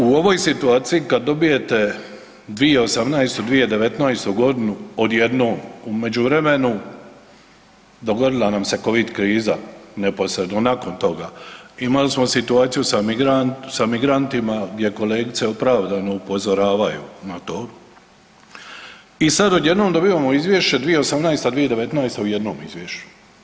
U ovoj situaciji kad dobijete 2018., 2019. godinu odjednom u međuvremenu dogodila nam se Covid kriza neposredno nakon toga, imali smo situaciju sa migrantima gdje kolegice opravdano upozoravaju na to i sad odjednom dobivamo izvješće 2018., 2019. u jednom izvješću.